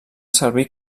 servir